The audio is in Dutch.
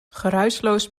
geruisloos